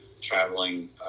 traveling